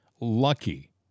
Lucky